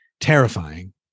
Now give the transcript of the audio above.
terrifying